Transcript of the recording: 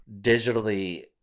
digitally